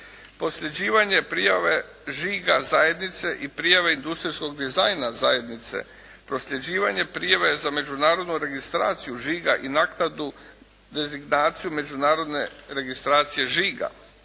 Prosljeđivanje prijave žiga zajednice i prijave industrijskog dizajna zajednice, prosljeđivanje prijave za međunarodnu registraciju žiga i naknadu dezignaciju mađunarodne registracije žiga.